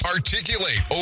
Articulate